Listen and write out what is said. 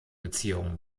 beziehungen